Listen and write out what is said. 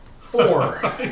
Four